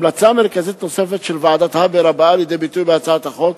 המלצה מרכזית נוספת של ועדת-הבר הבאה לידי ביטוי בהצעת החוק,